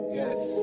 yes